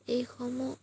এইসমূহ